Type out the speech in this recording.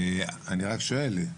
אני רק שואל,